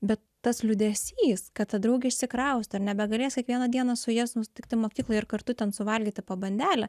bet tas liūdesys kad ta draugė išsikraustė ir nebegalės kiekvieną dieną su ja susitikti mokykloje ir kartu ten suvalgyti po bandelę